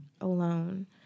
alone